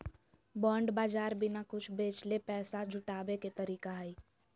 bond बाज़ार बिना कुछ बेचले पैसा जुटाबे के तरीका हइ